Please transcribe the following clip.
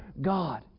God